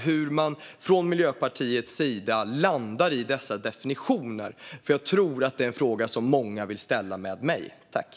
Hur landar man från Miljöpartiets sida i dessa definitioner? Jag tror att det är en fråga som många med mig vill ställa.